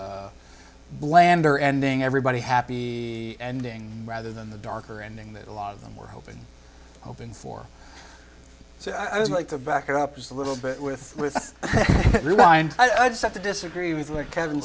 a blander ending everybody happy ending rather than the darker ending that a lot of them were hoping hoping for so i would like to back it up just a little bit with with rebind i just have to disagree with